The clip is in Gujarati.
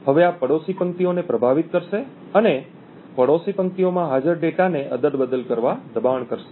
હવે આ પડોશી પંક્તિઓને પ્રભાવિત કરશે અને પડોશી પંક્તિઓમાં હાજર ડેટાને અદલ બદલ કરવા દબાણ કરશે